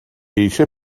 eisiau